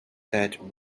that